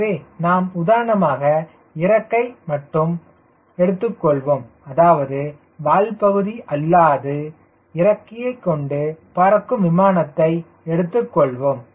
எனவே நாம் உதாரணமாக இறக்கை மட்டும் எடுத்துக் கொள்வோம் அதாவது வால்பகுதி அல்லாது இறக்கையை கொண்டு பறக்கும் விமானத்தை எடுத்துக்கொள்வோம்